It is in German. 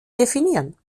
definieren